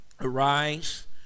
Arise